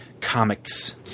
comics